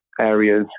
areas